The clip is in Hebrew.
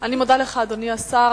אני מודה לך, אדוני השר.